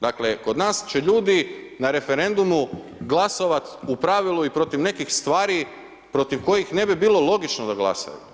Dakle kod nas će ljudi na referendumu glasovati u pravilu i protiv nekih stvari protiv kojih ne bi bilo logično da glasaju.